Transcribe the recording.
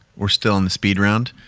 we're still in the speed round.